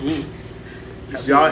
y'all